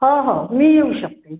हो हो मी येऊ शकते